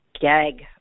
gag